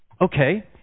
Okay